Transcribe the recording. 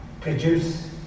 produce